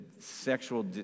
sexual